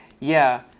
yeah.